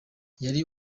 yari